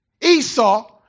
Esau